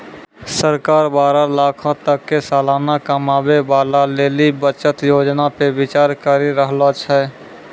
सरकार बारह लाखो तक के सलाना कमाबै बाला लेली बचत योजना पे विचार करि रहलो छै